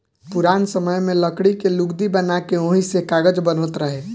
पुरान समय में लकड़ी के लुगदी बना के ओही से कागज बनत रहे